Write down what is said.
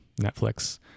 Netflix